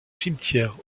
cimetière